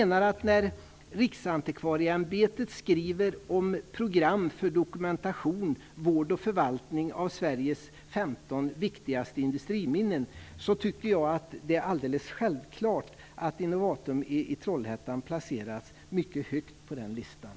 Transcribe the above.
När Riksantikvarieämbetet skriver om program för dokumentation, vård och förvaltning av Sveriges 15 viktigaste industriminnen tycker jag att det är alldeles självklart att Innovatum i Trollhättan placeras mycket högt på den listan.